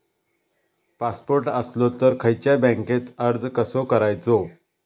Passport असलो तर खयच्या बँकेत अर्ज कसो करायचो?